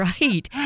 Right